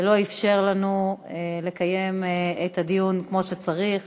ולא אפשר לנו לקיים את הדיון כמו שצריך.